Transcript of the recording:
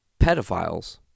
pedophiles